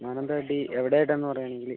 മാനന്തവാടി എവിടെയായിട്ടാണെന്ന് പറയുകയാണെങ്കില്